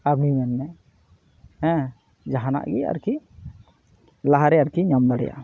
ᱢᱮᱱᱢᱮ ᱡᱟᱦᱟᱱᱟᱜ ᱜᱮ ᱟᱨᱠᱤ ᱞᱟᱦᱟᱨᱮ ᱟᱨᱠᱤ ᱧᱟᱢ ᱫᱟᱲᱮᱜᱼᱟ